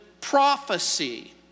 prophecy